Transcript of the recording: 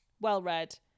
well-read